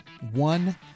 One